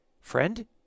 Friend